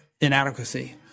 inadequacy